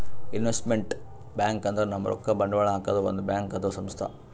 investment bank ಅಂದ್ರ ನಮ್ ರೊಕ್ಕಾ ಬಂಡವಾಳ್ ಹಾಕದ್ ಒಂದ್ ಬ್ಯಾಂಕ್ ಅಥವಾ ಸಂಸ್ಥಾ